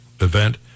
event